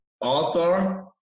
author